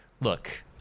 Look